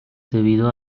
debido